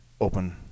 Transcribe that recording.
open